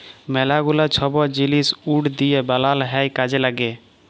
ম্যালা গুলা ছব জিলিস উড দিঁয়ে বালাল হ্যয় কাজে ল্যাগে